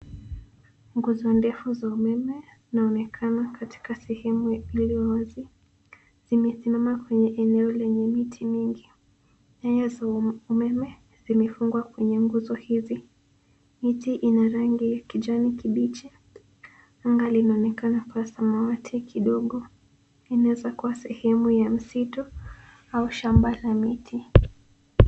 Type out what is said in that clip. Nguzo ndefu za umeme zinaonekana katika sehemu iliyo wazi, zimesimama kwenye eneo lenye miti mingi. Nyaya za umeme zimefungwa kwenye nguzo hizi. Miti ina rangi ya kijani kibichi. Anga linaonekana kuwa samawati kidogo. Hii inaweza kuwa sehemu ya msitu ama shamba la miti.